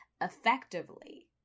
effectively